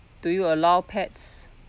do you allow pets